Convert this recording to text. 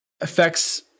affects